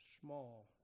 Small